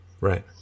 Right